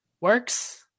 works